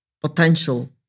potential